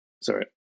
sorry